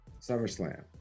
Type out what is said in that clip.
SummerSlam